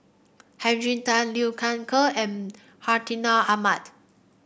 Henry Tan Liu Thai Ker and Hartinah Ahmad